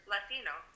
Latino